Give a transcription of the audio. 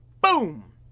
Boom